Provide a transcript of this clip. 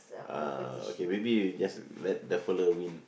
uh okay maybe you just let the fella win